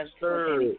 Sir